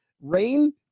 rain